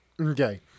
Okay